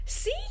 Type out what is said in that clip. see